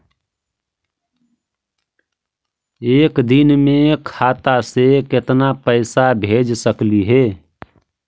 एक दिन में खाता से केतना पैसा भेज सकली हे?